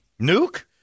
Nuke